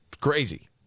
crazy